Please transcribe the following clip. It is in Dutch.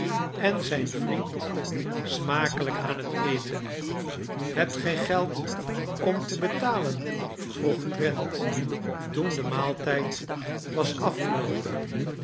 en zijn vriend smakelijk aan het eten hebt gij geld om te betalen vroeg trent toen de maaltijd was afgeloopen